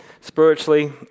spiritually